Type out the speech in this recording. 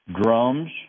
drums